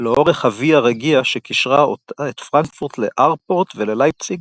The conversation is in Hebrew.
לאורך הוויה רגיה שקישרה את פרנקפורט לארפורט וללייפציג